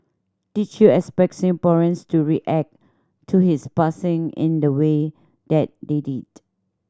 did you expect Singaporeans to react to his passing in the way that they did